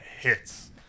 hits